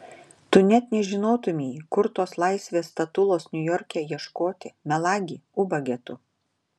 tu net nežinotumei kur tos laisvės statulos niujorke ieškoti melagi ubage tu